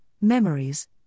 Memories